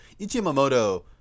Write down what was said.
Ichimamoto